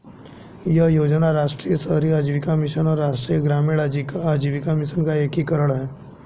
यह योजना राष्ट्रीय शहरी आजीविका मिशन और राष्ट्रीय ग्रामीण आजीविका मिशन का एकीकरण है